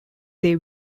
they